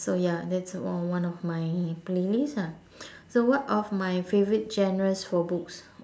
so ya that's one one of my playlist ah so what are my favourite genres for books